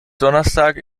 donnerstag